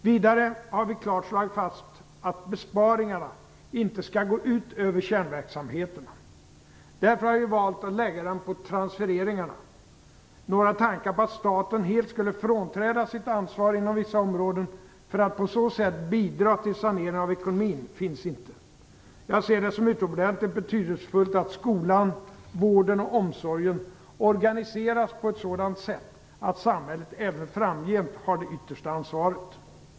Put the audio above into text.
Vidare har vi klart slagit fast att besparingarna inte skall gå ut över kärnverksamheterna. Därför har vi valt att lägga dem på transfereringarna. Några tankar på att staten helt skulle frånträda sitt ansvar inom vissa områden för att på så sätt bidra till saneringen av ekonomin finns inte. Jag ser det som utomordentligt betydelsefullt att skolan, vården och omsorgen organiseras på ett sådant sätt att samhället även framgent har det yttersta ansvaret.